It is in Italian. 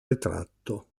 ritratto